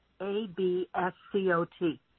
A-B-S-C-O-T